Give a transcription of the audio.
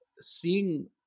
seeing